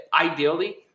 Ideally